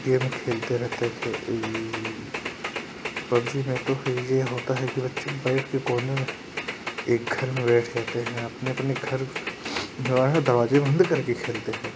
game खेलते रहते है खेल पब्जी में तो हे ये होता है कि बच्चे बैठ के कोने में एक घर में बैठ जाते हैं अपने अपने घर वहां दरवाजे बंद करके खेलते हैं